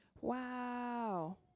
wow